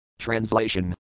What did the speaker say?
Translation